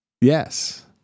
Yes